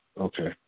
okay